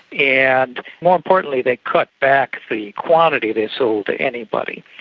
and more importantly they cut back the quantity they sold to anybody.